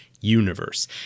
universe